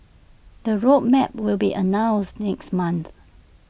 the road map will be announced next month